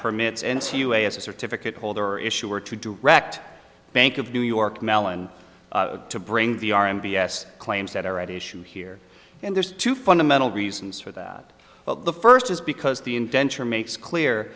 permits n c u a as a certificate holder issue or to direct bank of new york mellon to bring the r m b s claims that are at issue here and there's two fundamental reasons for that but the first is because the inventor makes clear